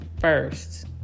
first